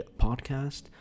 Podcast